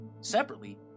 Separately